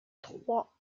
trois